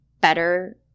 better